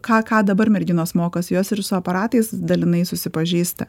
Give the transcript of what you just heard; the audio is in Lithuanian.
ką ką dabar merginos mokosi jos ir su aparatais dalinai susipažįsta